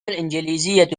الإنجليزية